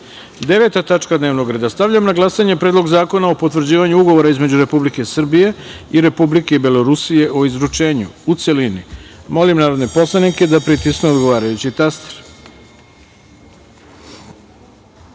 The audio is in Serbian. zakona. Deveta tačka dnevnog reda. Stavljam na glasanje Predlog zakona o potvrđivanju Ugovora između Republike Srbije i Republike Belorusije o izručenju, u celini. Molim narodne poslanike da pritisnu odgovarajući